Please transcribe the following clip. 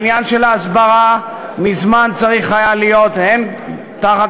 העניין של ההסברה מזמן היה צריך להיות הן תחת